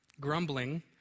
Grumbling